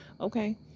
Okay